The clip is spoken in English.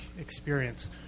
experience